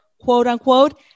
quote-unquote